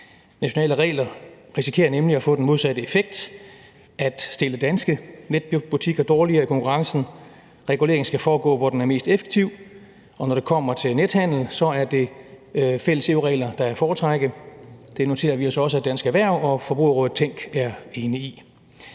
Nationale regler risikerer nemlig at få den modsatte effekt: at stille danske netbutikker dårligere i konkurrencen. Reguleringen skal foregå, hvor den er mest effektiv, og når det kommer til nethandel, er det fælles EU-regler, der er at foretrække. Det noterer vi os også at Dansk Erhverv og Forbrugerrådet Tænk er enige i.